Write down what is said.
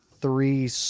three